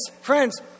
friends